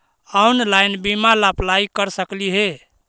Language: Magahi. ऑनलाइन बीमा ला अप्लाई कर सकली हे?